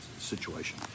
situation